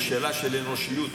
זו שאלה של אנושיות.